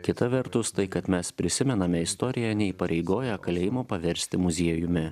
kita vertus tai kad mes prisimename istoriją neįpareigoja kalėjimo paversti muziejumi